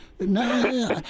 No